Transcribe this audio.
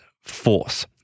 force